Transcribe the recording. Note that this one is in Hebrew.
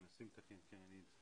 מנסים לתקן, כן.